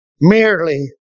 merely